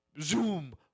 Zoom